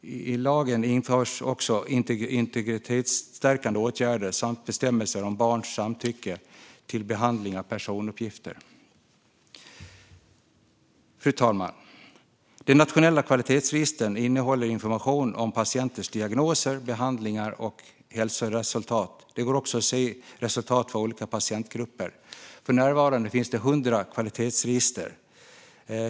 I lagen införs också integritetsstärkande åtgärder samt bestämmelser om barns samtycke till behandling av personuppgifter. Fru talman! De nationella kvalitetsregistren innehåller information om patienters diagnoser, behandlingar och hälsoresultat. Det går också att se resultat för olika patientgrupper. För närvarande finns det 100 kvalitetsregister.